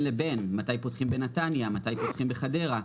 בין לבין מתי פותחים בנתניה ומתי פותחים בחדרה.